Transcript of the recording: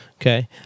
okay